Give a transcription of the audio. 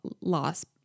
loss